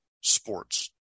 sports